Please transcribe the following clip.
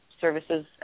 Services